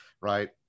right